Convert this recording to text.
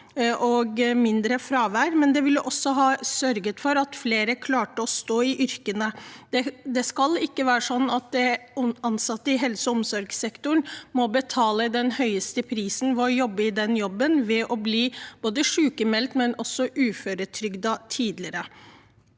og mindre fravær, og det ville også ha sørget for at flere klarte å stå i yrket. Det skal ikke være slik at ansatte i helse- og omsorgssektoren må betale den høyeste prisen for å jobbe i den jobben ved å bli både sykmeldt og også uføretrygdet tidligere.